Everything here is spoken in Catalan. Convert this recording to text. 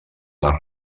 les